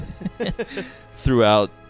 Throughout